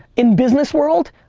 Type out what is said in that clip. in business world,